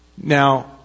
Now